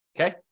Okay